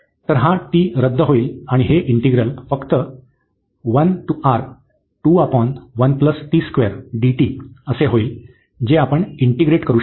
तर हा t रद्द होईल आणि हे इंटिग्रल फक्त होईल जे आपण इंटिग्रेट करू शकतो